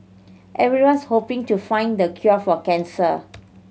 everyone's hoping to find the cure for cancer